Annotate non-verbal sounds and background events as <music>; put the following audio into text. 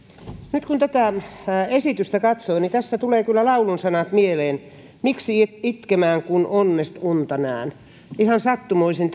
nyt kun tätä esitystä katsoo tässä tulevat kyllä laulunsanat mieleen miksi itkemään kun onnest unta nään ihan sattumoisin <unintelligible>